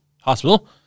hospital